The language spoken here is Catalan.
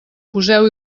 poseu